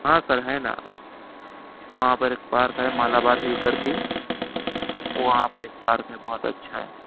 ہاں سر ہے نا وہاں پر ایک پارک ہے مالابار ہل کر کے وہاں پر ایک پارک ہے بہت اچھا ہے